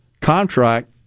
contract